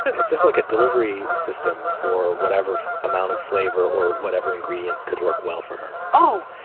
it's just like a delivery system for whatever amount of flavor or whatever ingredient could work well for her oh!